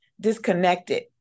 disconnected